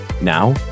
now